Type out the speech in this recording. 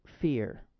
fear